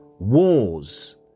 Wars